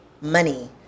money